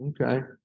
Okay